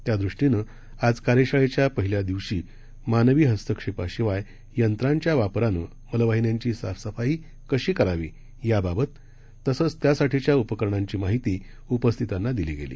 त्यादृष्टीनं आज कार्यशाळेच्या पहिल्या दिवशी मानवी हस्तक्षेपाशिवाय यंत्रांच्या वापरानं मलवाहिन्यांची साफसफाई कशी करावी याबाबत तसंच त्यासाठीच्या उपकरणांची माहिती उपस्थितांना दिली गेली